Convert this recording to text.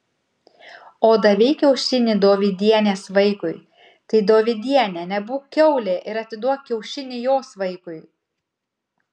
o davei kiaušinį dovydienės vaikui tai dovydiene nebūk kiaulė ir atiduok kiaušinį jos vaikui